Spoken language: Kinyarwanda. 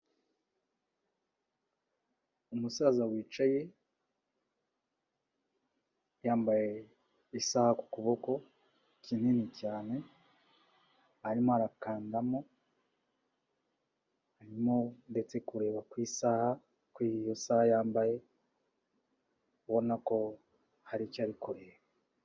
Umusaza wicaye, yambaye isaha ku kuboko, ni kinini cyane arimo arakandamo, arimo ndetse kureba ku isaha, kuri iyo saha yambaye ubona ko hari icyo ari kureba.